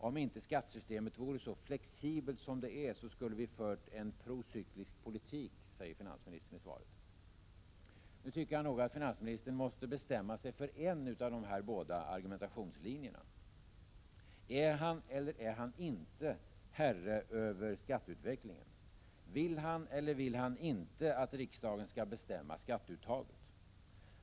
Om inte skattesystemet vore så flexibelt som det är skulle vi ha fört en procyklisk politik, säger finansministern i svaret. Nu tycker jag att finansministern måste bestämma sig för en av dessa båda argumentationslinjer. Är han eller är han inte herre över skatteutvecklingen? Vill han eller vill han inte att riksdagen skall bestämma skatteuttaget?